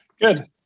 Good